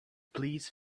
please